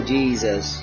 Jesus